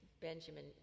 Benjamin